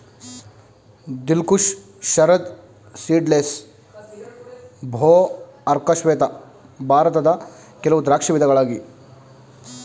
ದಿಲ್ Khush, Sharad seedless, ಭೋ, ಅರ್ಕ ಶ್ವೇತ ಭಾರತದ ಕೆಲವು ದ್ರಾಕ್ಷಿ ವಿಧಗಳಾಗಿ